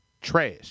trash